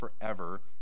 forever